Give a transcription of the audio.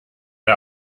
der